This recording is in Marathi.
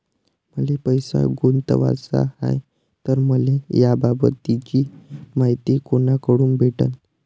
मले पैसा गुंतवाचा हाय तर मले याबाबतीची मायती कुनाकडून भेटन?